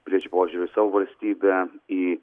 piliečių požiūrį į savo valstybę į